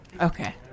Okay